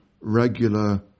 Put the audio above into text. regular